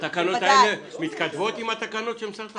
התקנות האלה מתכתבות עם התקנות של משרד התחבורה?